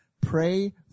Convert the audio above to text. pray